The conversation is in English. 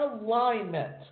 alignment